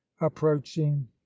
approaching